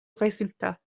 résultat